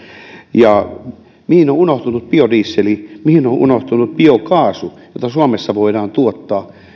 ja mihin on unohtunut biodiesel mihin on unohtunut biokaasu jota suomessa voidaan tuottaa